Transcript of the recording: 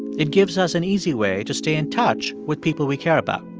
it gives us an easy way to stay in touch with people we care about.